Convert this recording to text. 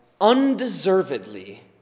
undeservedly